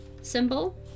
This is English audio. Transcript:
symbol